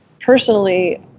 personally